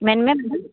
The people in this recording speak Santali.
ᱢᱮᱱᱢᱮ